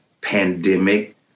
pandemic